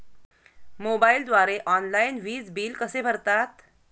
मोबाईलद्वारे ऑनलाईन वीज बिल कसे भरतात?